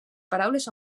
paraules